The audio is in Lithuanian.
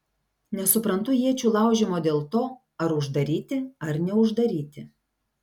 nesuprantu iečių laužymo dėl to ar uždaryti ar neuždaryti